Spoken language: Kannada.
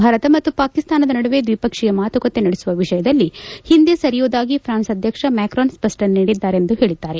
ಭಾರತ ಮತ್ತು ಪಾಕಿಸ್ತಾನದ ನಡುವೆ ದ್ವಿಪಕ್ಷೀಯ ಮಾತುಕತೆ ನಡೆಸುವ ವಿಷಯದಲ್ಲಿ ಹಿಂದೆ ಸರಿಯುವುದಾಗಿ ಫ್ರಾನ್ಸ್ ಅಧ್ಯಕ್ಷ ಮ್ಯಾಕ್ರಾನ್ ಸ್ಪಷ್ಟನೆ ನೀಡಿದ್ದಾರೆ ಎಂದು ಹೇಳಿದ್ದಾರೆ